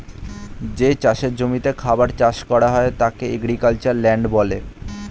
যে চাষের জমিতে খাবার চাষ করা হয় তাকে এগ্রিক্যালচারাল ল্যান্ড বলে